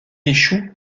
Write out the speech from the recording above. échoue